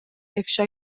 افشا